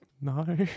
No